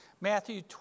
matthew